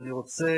אני רוצה